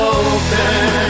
open